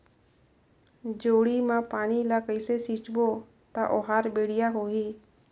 जोणी मा पानी ला कइसे सिंचबो ता ओहार बेडिया होही?